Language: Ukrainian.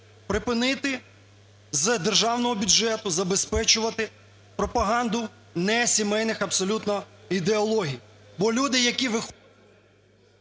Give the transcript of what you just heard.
припинити з державного бюджету забезпечувати пропаганду несімейних, абсолютно, ідеологій.